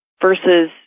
versus